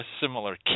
similar